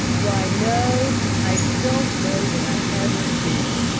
why. no. i don't know that i ever did,